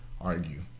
argue